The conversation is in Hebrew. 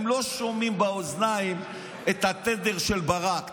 הם לא שומעים באוזניים את התדר של ברק.